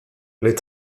les